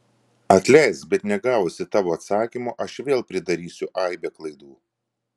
atleisk bet negavusi tavo atsakymo aš vėl pridarysiu aibę klaidų